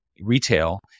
retail